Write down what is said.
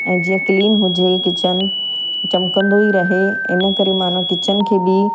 ऐं जीअं क्लीन हुजे किचन चिमकंदो ई रहे इन करे मानो किचन खे बि